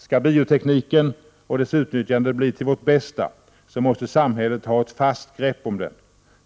Skall biotekniken och dess utnyttjande bli till vårt bästa måste samhället ta ett fast grepp om den.